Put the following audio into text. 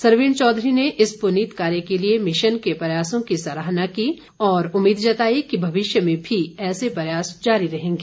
सरवीण चौधरी ने इस पुनीत कार्य के लिए मिशन के प्रयासों की सराहना की और उम्मीद जताई कि भविष्य में भी ऐसे प्रयास जारी रहेंगे